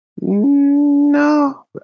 No